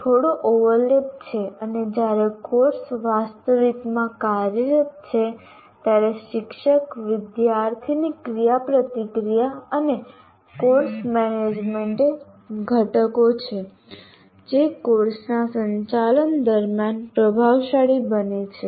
થોડો ઓવરલેપ છે અને જ્યારે કોર્સ વાસ્તવમાં કાર્યરત છે ત્યારે શિક્ષક વિદ્યાર્થીની ક્રિયાપ્રતિક્રિયા અને કોર્સ મેનેજમેન્ટ એ ઘટકો છે જે કોર્સના સંચાલન દરમિયાન પ્રભાવશાળી બને છે